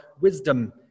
wisdom